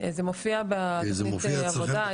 זה מופיע בתכנית העבודה.